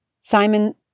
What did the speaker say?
Simon